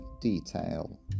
detail